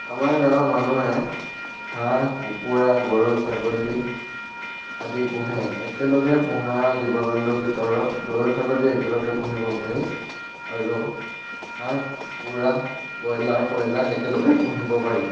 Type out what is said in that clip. আমাৰ গাঁৱৰ মানুহে হাঁহ কুকুৰা গৰু ছাগলী আদি পোহে একলগে পোহা জীৱ জন্তুৰ ভিতৰত গৰু ছাগলী একলগে পুহিব পাৰি আৰু হাঁহ কুকুৰা ব্ৰইলাৰ কইলাৰ একলগে পুহিব পাৰি